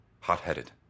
Hot-headed